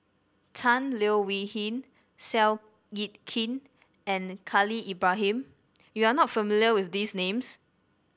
Tan Leo Wee Hin Seow Yit Kin and Khalil Ibrahim you are not familiar with these names